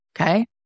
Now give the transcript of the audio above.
okay